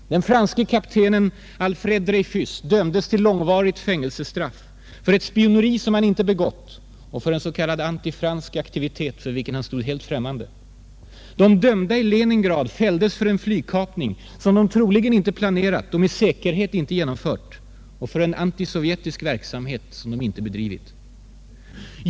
aktivilet för vilken han stod helt främmande. De dömda i Leningrad fälldes för en flygkapning som de troligen inte planerat och med säkerhet inte genomfört och för cn antisovjetisk verksamhet som de inte bedrivit.